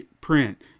print